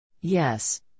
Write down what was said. Yes